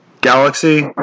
galaxy